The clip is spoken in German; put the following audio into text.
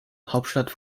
hauptstadt